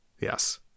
Yes